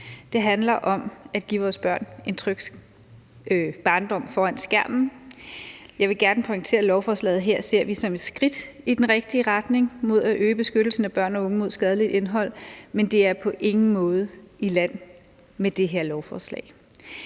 det handler om at give vores børn en tryg barndom foran skærmen. Jeg vil gerne pointere, at vi ser lovforslaget som et skridt i den rigtige retning hen mod at øge beskyttelsen af børn og unge imod skadeligt indhold, men vi er på ingen måde i land med det her lovforslag.